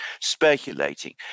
speculating